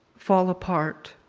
fall apart